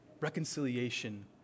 reconciliation